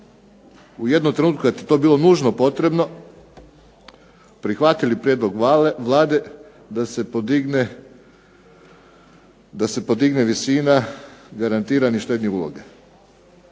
u jednom trenutku kad je to bilo nužno potrebno, prihvatili prijedlog Vlade da se podigne visina garantiranih štednih uloga.